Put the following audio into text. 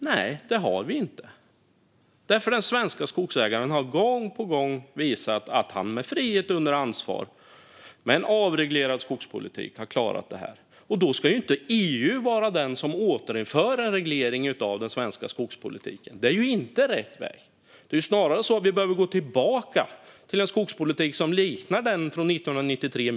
Nej, det har vi inte, för den svenska skogsägaren har gång på gång visat att han med frihet under ansvar och med en avreglerad skogspolitik har klarat detta. Då ska inte EU återinföra en reglering av den svenska skogspolitiken. Det är inte rätt väg. Det är snarare så att vi behöver gå tillbaka till en avreglerad skogspolitik som mer liknar den från 1993.